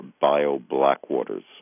bio-blackwaters